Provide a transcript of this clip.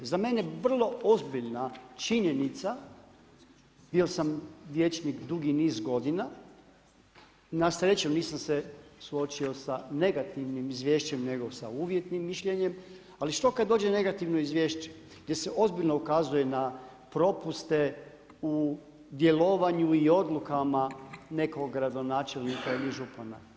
Za mene vrlo ozbiljna činjenica, bio sam vijećnik dugi niz godina, na sreću nisam se suočio sa negativnim izvješćem nego sa uvjetnim mišljenjem ali što kad dođe negativno izvješće gdje se ozbiljno ukazuje na propuste u djelovanju i odlukama nekog gradonačelnika ili župana?